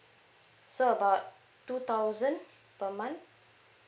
so about two thousand per month